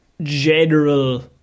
general